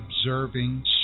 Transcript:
observing